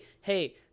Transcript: hey